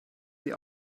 sie